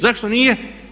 Zašto nije?